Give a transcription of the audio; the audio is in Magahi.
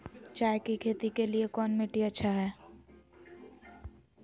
चाय की खेती के लिए कौन मिट्टी अच्छा हाय?